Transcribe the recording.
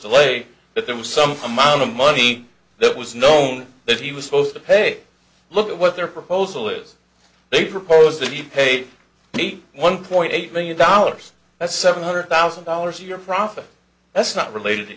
delay that there was some amount of money that was known that he was supposed to pay look at what their proposal is they propose that he paid eighty one point eight million dollars that's seven hundred thousand dollars a year profit that's not related to